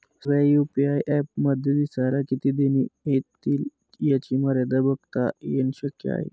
सगळ्या UPI apps मध्ये दिवसाला किती देणी एतील याची मर्यादा बघता येन शक्य आहे